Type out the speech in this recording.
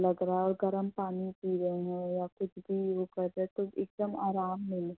लग रहा है और गर्म पानी पी रहे हों या कुछ भी वो कर रहे तो एक दम आराम मिले